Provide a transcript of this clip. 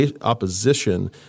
opposition